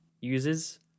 uses